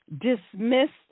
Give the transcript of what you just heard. dismissed